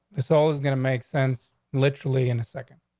the soul is gonna make sense literally in a second.